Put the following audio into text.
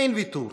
אין ויתור